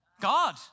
God